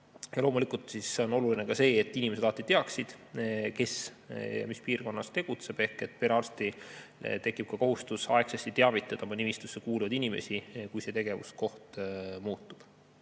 Loomulikult on oluline ka see, et inimesed alati teaksid, kes mis piirkonnas tegutseb. Ehk perearstil tekib ka kohustus aegsasti teavitada oma nimistusse kuuluvaid inimesi, kui tegevuskoht muutub.